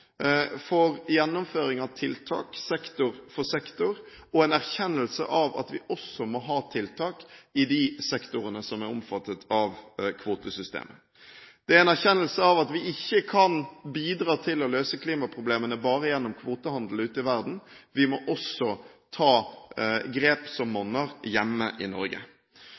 for gjennomføring av tiltak – sektor for sektor – og en erkjennelse av at vi også må ha tiltak i de sektorene som er omfattet av kvotesystemer. Det er en erkjennelse av at vi ikke kan bidra til å løse klimaproblemene bare gjennom kvotehandel ute i verden. Vi må også ta grep som monner hjemme i Norge.